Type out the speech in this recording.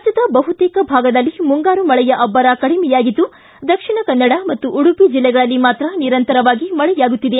ರಾಜ್ಡದ ಬಹುತೇಕ ಭಾಗದಲ್ಲಿ ಮುಂಗಾರು ಮಳೆಯ ಅಬ್ಬರ ಕಡಿಮೆಯಾಗಿದ್ದು ದಕ್ಷಿಣಕನ್ನಡ ಮತ್ತು ಉಡುಪಿ ಜಿಲ್ಲೆಗಳಲ್ಲಿ ಮಾತ್ರ ನಿರಂತರವಾಗಿ ಮಳೆಯಾಗುತ್ತಿದೆ